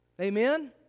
Amen